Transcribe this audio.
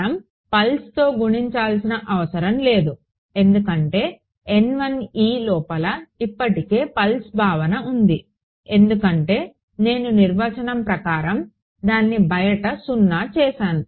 మనం పల్స్తో గుణించాల్సిన అవసరం లేదు ఎందుకంటే లోపల ఇప్పటికే పల్స్ భావన ఉంది ఎందుకంటే నేను నిర్వచనం ప్రకారం దాన్ని బయట 0 చేసాను